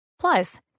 plus